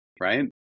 right